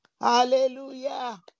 Hallelujah